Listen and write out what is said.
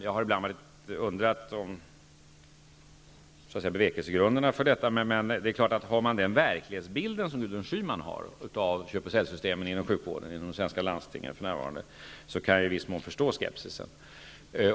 Jag har ibland undrat över bevekelsegrunderna för detta. Men har man den verklighetsbild som Gudrun Schyman har av ''köp och sälj''-systemen inom de svenska landstingens sjukvård är denna skepsis i viss mån förståelig.